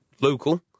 local